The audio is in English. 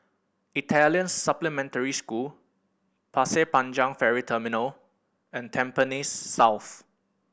Italian Supplementary School Pasir Panjang Ferry Terminal and Tampines South